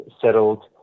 settled